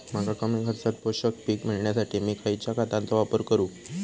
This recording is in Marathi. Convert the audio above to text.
मका कमी खर्चात पोषक पीक मिळण्यासाठी मी खैयच्या खतांचो वापर करू?